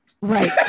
Right